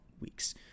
weeks